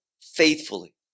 faithfully